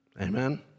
amen